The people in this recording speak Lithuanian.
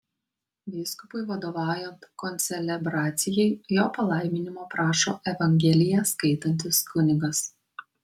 vyskupui vadovaujant koncelebracijai jo palaiminimo prašo evangeliją skaitantis kunigas